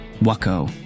Waco